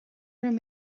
raibh